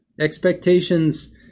Expectations